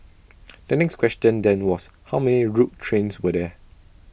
the next question then was how many rogue trains were there